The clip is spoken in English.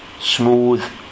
smooth